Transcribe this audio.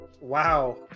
Wow